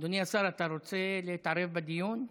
אדוני השר, אתה רוצה להתערב בדיון?